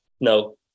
no